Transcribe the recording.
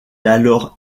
alors